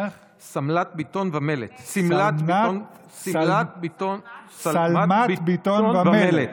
שלמת בטון ומלט.